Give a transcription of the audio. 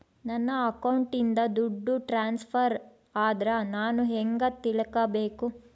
ನನ್ನ ಅಕೌಂಟಿಂದ ದುಡ್ಡು ಟ್ರಾನ್ಸ್ಫರ್ ಆದ್ರ ನಾನು ಹೆಂಗ ತಿಳಕಬೇಕು?